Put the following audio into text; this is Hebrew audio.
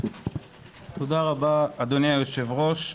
תודה רבה, אדוני היושב-ראש.